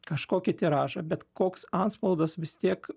kažkokį tiražą bet koks atspaudas vis tiek